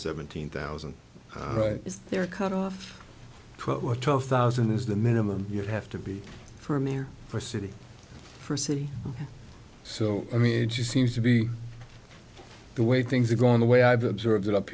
seventeen thousand right there cut off we're tough thousand is the minimum you have to be for me or for city for city so i mean it just seems to be the way things are going the way i've observed it up